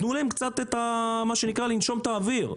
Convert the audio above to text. תנו להם, מה שנקרא, לנשום את האוויר.